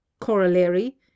Corollary